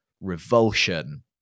revulsion